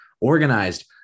organized